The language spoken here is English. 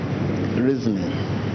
Reasoning